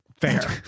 Fair